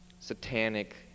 satanic